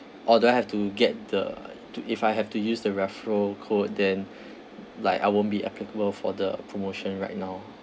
or do I have to get the to if I have to use the referral code then like I won't be applicable for the promotion right now